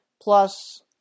plus